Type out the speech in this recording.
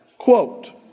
quote